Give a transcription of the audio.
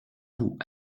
bout